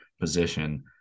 position